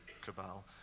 cabal